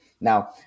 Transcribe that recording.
Now